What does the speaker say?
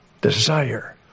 desire